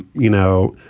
you know,